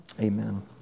Amen